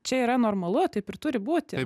čia yra normalu taip ir turi būti